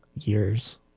Years